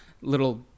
Little